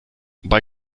bei